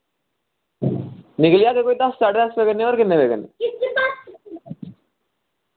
निकली जागे कोई दस साढे दस बजे कन्नै और किन्ने बजे कन्नै